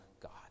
God